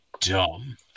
dumb